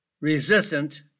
resistant